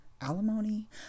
alimony